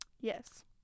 Yes